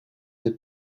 the